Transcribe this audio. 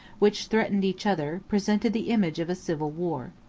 which threatened each other, presented the image of a civil war.